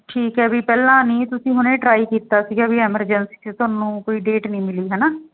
ਠੀਕ ਹੈ ਵੀ ਪਹਿਲਾਂ ਨਹੀਂ ਤੁਸੀਂ ਹੁਣ ਟਰਾਈ ਕੀਤਾ ਸੀਗਾ ਵੀ ਐਮਰਜੈਂਸੀ 'ਚ ਤੁਹਾਨੂੰ ਕੋਈ ਡੇਟ ਨਹੀਂ ਮਿਲੀ ਹੈ ਨਾ